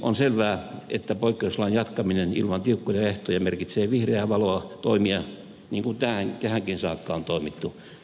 on selvää että poikkeuslain jatkaminen ilman tiukkoja ehtoja merkitsee vihreää valoa toimia niin kuin tähänkin saakka on toimittu